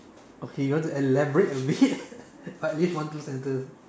okay you want to elaborate a bit at least one two sentence